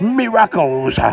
miracles